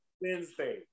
Wednesday